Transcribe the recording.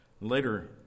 later